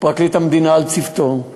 פרקליט המדינה על צוותו,